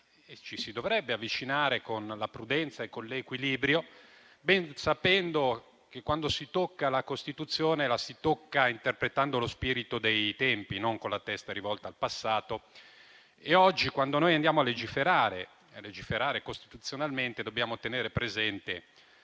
si dovrebbe farlo con prudenza ed equilibrio, ben sapendo che, quando si tocca la Costituzione, la si tocca interpretando lo spirito dei tempi, non con la testa rivolta al passato. Oggi, quando noi andiamo a legiferare costituzionalmente, dobbiamo tenere presente